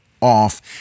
off